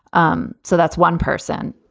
um so that's one person.